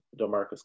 DeMarcus